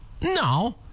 No